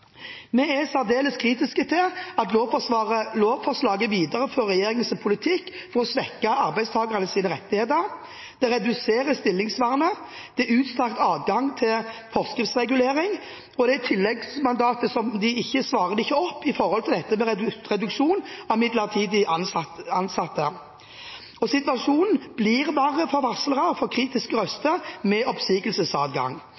Vi er særdeles kritisk til at lovforslaget viderefører regjeringens politikk for å svekke arbeidstagernes rettigheter, det reduserer stillingsvernet, det er utstrakt adgang til forskriftsregulering, og tilleggsmandatet svarer ikke opp dette med reduksjon av midlertidig ansatte. Situasjonen blir verre for varslere og for